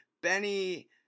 Benny